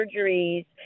surgeries